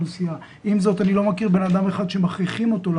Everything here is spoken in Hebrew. אני חושב שזה דיון רציני שצריך לדון בו.